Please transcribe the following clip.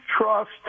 trust